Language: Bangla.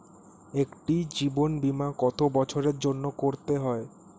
একটি জীবন বীমা কত বছরের জন্য করতে হয়?